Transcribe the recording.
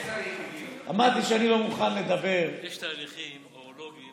אמרתי שאני לא מוכן לדבר יש תהליכים אורולוגיים,